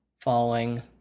falling